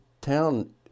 town